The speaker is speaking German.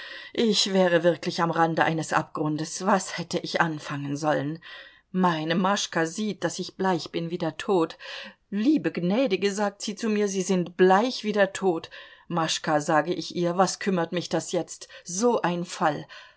ich wäre wirklich am rande eines abgrundes was hätte ich anfangen sollen meine maschka sieht daß ich bleich bin wie der tod liebe gnädige sagt sie zu mir sie sind bleich wie der tod maschka sage ich ihr was kümmert mich das jetzt so ein fall